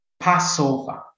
Passover